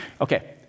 Okay